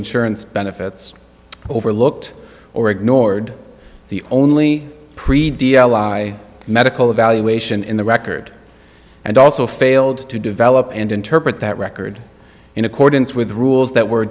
insurance benefits overlooked or ignored the only medical evaluation in the record and also failed to develop and interpret that record in accordance with the rules that were